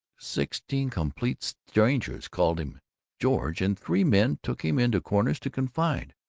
sixteen complete strangers called him george, and three men took him into corners to confide,